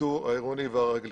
השיטור העירוני והרגלי.